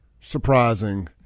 surprising